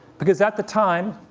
because at the time,